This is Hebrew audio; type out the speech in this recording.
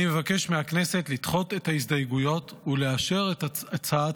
אני מבקש מהכנסת לדחות את ההסתייגויות ולאשר את הצעת